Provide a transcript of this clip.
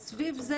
אז סביב זה,